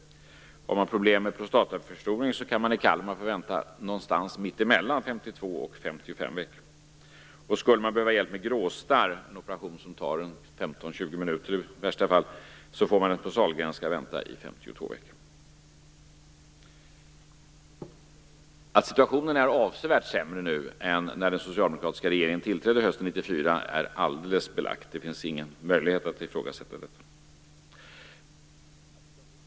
Om man har problem med prostataförstoring kan man i Kalmar få vänta mellan 52 och 55 veckor. Om man skulle behöva hjälp med gråstarr, med en operation som i värsta fall tar 15-20 minuter, får man på Sahlgrenska vänta 52 veckor. Att situationen är avsevärt sämre nu än när den socialdemokratiska regeringen tillträdde hösten 1994 är klart belagt. Det finns ingen möjlighet att ifrågasätta detta.